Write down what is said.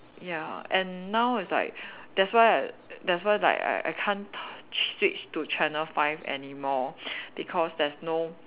ya and now it's like that's why I that's why like I I can't touch switch to channel five anymore because there's no